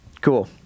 Cool